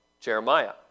Jeremiah